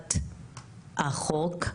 להכלת החוק,